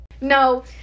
no